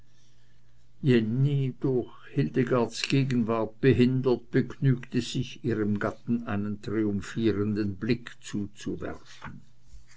jenny durch hildegards gegenwart behindert begnügte sich ihrem gatten einen triumphierenden blick zuzuwerfen